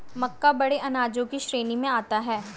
मक्का बड़े अनाजों की श्रेणी में आता है